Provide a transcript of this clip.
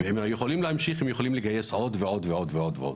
ולא רק להמשיך אלא לגייס לכוחותיהם עוד ועוד אנשים.